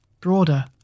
broader